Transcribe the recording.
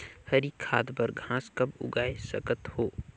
हरी खाद बर घास कब उगाय सकत हो?